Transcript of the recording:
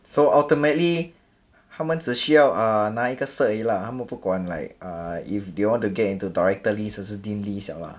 so ultimately 他们只需要 uh 拿一个 cert 而已 lah 他们不惯 like err if they want to get into director list 还是 dean liao lah